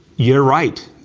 you're right.